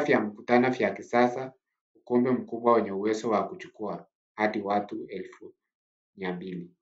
vya mkutano vya kisasa. Ukumbi mkubwa wenye uwezo wa kuchukua hadi watu elfu mia mbili.